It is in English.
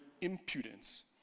impudence